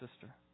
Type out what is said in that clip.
sister